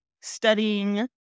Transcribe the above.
studying